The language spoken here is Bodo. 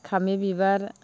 फामि बिबार